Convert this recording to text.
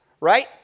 right